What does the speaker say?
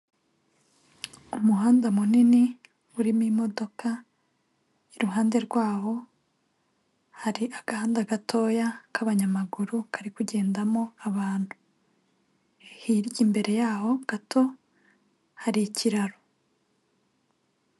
Umuhanda munini urimo imodoka, iruhande rwaho hari agahanda gatoya k'abanyamaguru kari kugendamo abantu, hirya imbere yaho gato hari ikiraro.